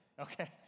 okay